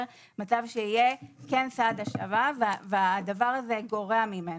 מצב שיהיה כן סעד השבה והדבר הזה גורע ממנו.